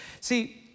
See